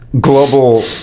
global